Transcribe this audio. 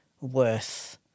worth